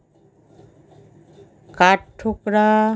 কাঠঠোকরা